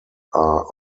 are